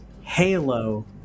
halo